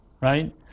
right